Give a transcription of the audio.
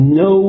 no